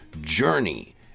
journey